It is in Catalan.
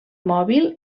mòbil